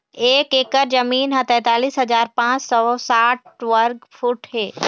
एक एकर जमीन ह तैंतालिस हजार पांच सौ साठ वर्ग फुट हे